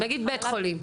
נגיד בית חולים.